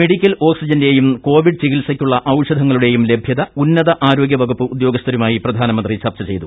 medical ഓക്സിജന്റെയും Covid ചികിത്സക്കുള്ള ഔഷധങ്ങളുടെയും ലഭ്യത ഉന്നത ആരോഗ്യ വകുപ്പ് ഉദ്യോഗസ്ഥരുമായി പ്രധാനമന്ത്രി ചർച്ച ചെയ്തു